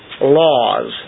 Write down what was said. laws